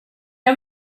jag